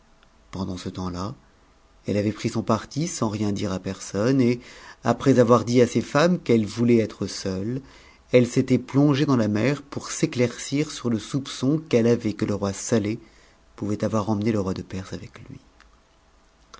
pendant ce temps-là elle avait pris son parti sans rien dire à personne et après avoir dit à ses femmes qu'elle voulait être seule elle s'était plongée dans la mer pour s'éclaircir sur le soupçon qu'elle avait qn le roi saleh pouvait avoir emmené le roi de perse avec lui